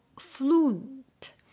fluent